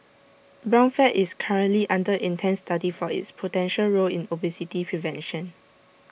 brown fat is currently under intense study for its potential role in obesity prevention